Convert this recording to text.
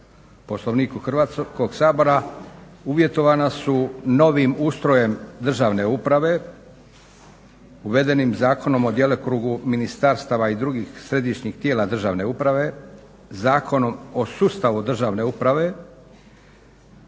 Poslovniku Hrvatskog sabora uvjetovana su novim ustrojem državne uprave, uvedenim Zakonom o djelokrugu ministarstva i drugih središnjih tijela državne uprave, Zakonom o sustavu državne uprave.